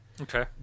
Okay